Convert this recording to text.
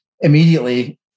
immediately